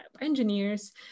engineers